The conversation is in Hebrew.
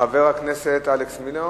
חבר הכנסת אלכס מילר